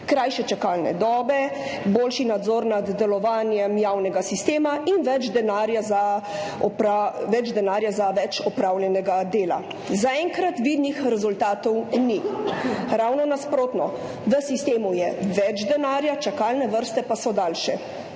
krajše čakalne dobe, boljši nadzor nad delovanjem javnega sistema in več denarja za več opravljenega dela. Zaenkrat vidnih rezultatov ni. Ravno nasprotno, v sistemu je več denarja, čakalne vrste pa so daljše.